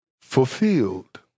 fulfilled